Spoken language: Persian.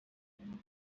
مورخ